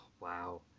wow